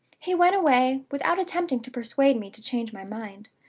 he went away, without attempting to persuade me to change my mind.